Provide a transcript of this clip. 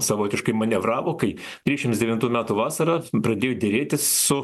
savotiškai manevravo kai trisdešimt devintų metų vasarą pradėjo derėtis su